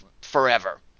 forever